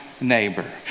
neighbor